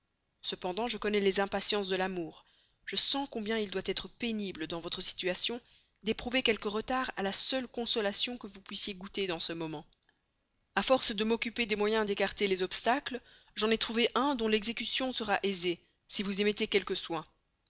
cependant je connais les impatiences de l'amour je sens combien il doit être pénible dans votre situation d'éprouver quelque retard à la seule consolation que vous puissiez goûter dans ce moment a force de m'occuper des moyens d'écarter les obstacles j'en ai trouvé un dont l'exécution sera aisée si vous y mettez quelque soin